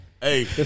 Hey